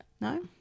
No